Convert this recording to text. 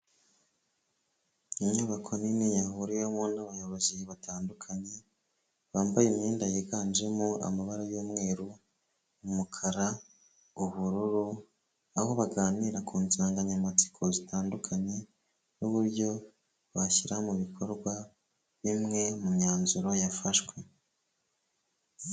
Inyubako nini yahuriwemo n'abayobozi batandukanye bambaye imyenda yiganjemo amabara y'umweru umukara ubururu aho baganira ku nsanganyamatsiko zitandukanye n'uburyo bashyira mu bikorwa imwe mu myanzuro yafashwe.